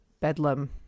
bedlam